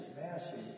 massive